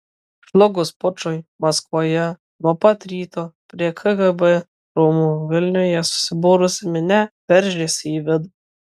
žlugus pučui maskvoje nuo pat ryto prie kgb rūmų vilniuje susibūrusi minia veržėsi į vidų